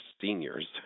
seniors